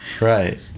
Right